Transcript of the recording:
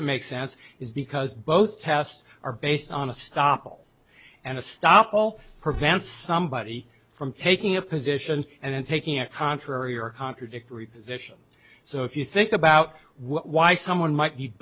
it makes sense is because both tests are based on a stop all and a stop all prevent somebody from taking a position and then taking a contrary or contradictory position so if you think about why someone might